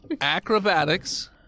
acrobatics